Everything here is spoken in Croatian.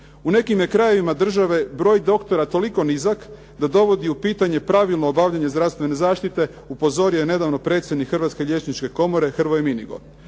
U nekim je krajevima države broj doktora toliko nizak da dovodi u pitanje pravilno obavljanje zdravstvene zaštite, upozorio je nedavno predsjednik Hrvatske liječničke komore Hrvoje Minigo.